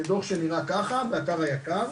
זה דו"ח שנראה ככה והוא מופיע באתר היקר,